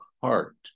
heart